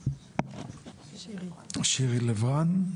עו"ד שירי לב רן.